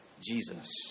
Jesus